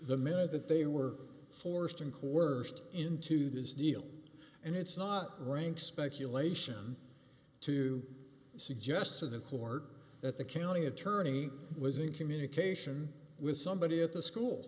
the minute that they were forced inquiry into this deal and it's not rank speculation to suggest to the court that the county attorney was in communication with somebody at the school